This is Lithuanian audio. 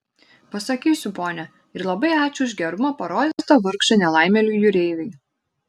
pasakysiu ponia ir labai ačiū už gerumą parodytą vargšui nelaimėliui jūreiviui